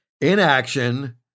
Inaction